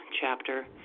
chapter